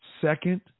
Second